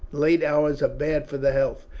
late hours are bad for the health.